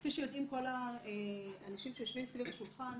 כפי שיודעים כל האנשים שיושבים סביב השולחן,